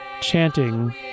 chanting